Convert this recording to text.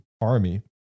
army